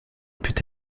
put